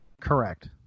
Correct